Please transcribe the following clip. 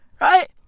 Right